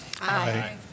Aye